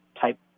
type